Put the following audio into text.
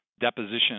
deposition